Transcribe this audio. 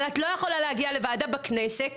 אבל את לא יכולה להגיע לוועדה בכנסת